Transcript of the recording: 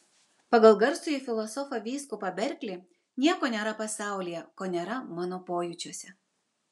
pagal garsųjį filosofą vyskupą berklį nieko nėra pasaulyje ko nėra mano pojūčiuose